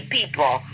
people